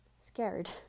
scared